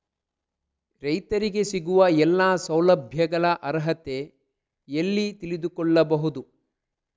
ರೈತರಿಗೆ ಸಿಗುವ ಎಲ್ಲಾ ಸೌಲಭ್ಯಗಳ ಅರ್ಹತೆ ಎಲ್ಲಿ ತಿಳಿದುಕೊಳ್ಳಬಹುದು?